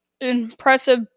impressive